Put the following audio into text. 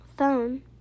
phone